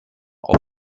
auf